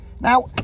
Now